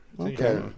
Okay